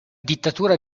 dittatura